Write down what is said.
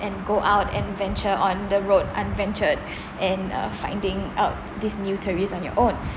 and go out and venture on the road unventured and uh finding out this new theories on your own